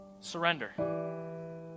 surrender